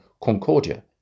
Concordia